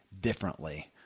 differently